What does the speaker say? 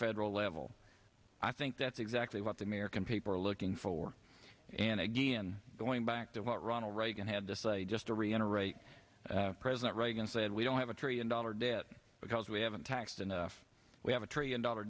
federal level i think that's exactly what the american people are looking for and again going back to what ronald reagan had to say just to reiterate president reagan said we don't have a tree and dollar debt because we haven't taxed enough we have a trillion dollar